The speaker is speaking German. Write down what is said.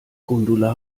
gundula